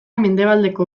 mendebaldeko